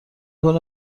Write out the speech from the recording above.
کنی